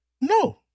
No